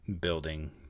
building